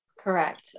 Correct